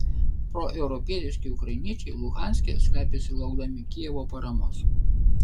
proeuropietiški ukrainiečiai luhanske slepiasi laukdami kijevo paramos